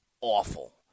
awful